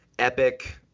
epic